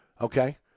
okay